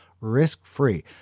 risk-free